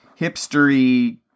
hipstery